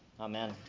Amen